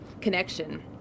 connection